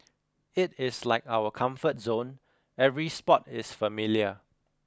it is like our comfort zone every spot is familiar